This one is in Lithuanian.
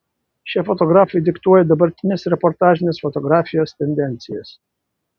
šie fotografai diktuoja dabartinės reportažinės fotografijos tendencijas